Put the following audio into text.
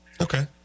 Okay